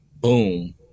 Boom